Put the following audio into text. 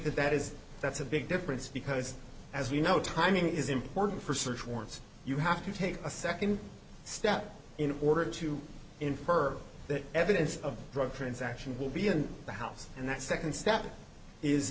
that that is that's a big difference because as you know timing is important for search warrants you have to take a second step in order to infer that evidence of drug transactions will be in the house and that second st